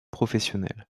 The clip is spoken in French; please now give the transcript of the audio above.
professionnelle